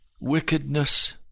wickedness